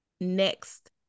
next